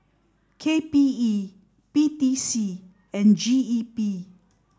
K P E P T C and G E P